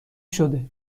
شده